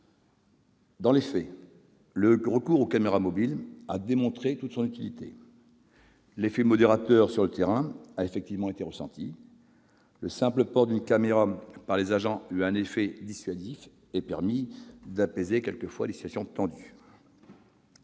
Dans les faits, le recours aux caméras mobiles a démontré toute son utilité. L'effet modérateur sur le terrain a effectivement été ressenti. Le simple port d'une caméra par les agents a eu un effet dissuasif et parfois permis d'apaiser des situations tendues.